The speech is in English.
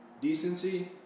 Decency